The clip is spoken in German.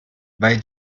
weil